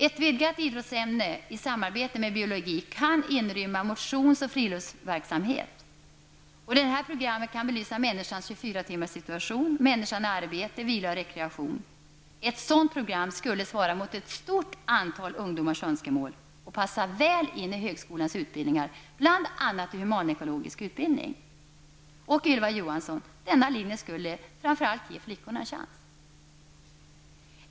Ett vidgat idrottsämne i samarbete med biologi kan inrymma motions och friluftsverksamhet. Detta program kan belysa människans 24-timmarssituation, dvs. människan i arbete, vila och rekreation. Ett sådant program skulle svara mot ett stort antal ungdomars önskemål och passa väl in i högskolans utbildningar, bl.a. i humanekologisk utbildning. Ylva Johansson, denna linje skulle framför allt ge flickorna en chans.